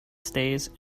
stays